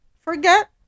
forget